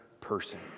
person